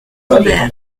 gobert